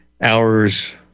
hours